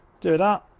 do it up.